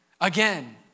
again